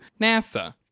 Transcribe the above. NASA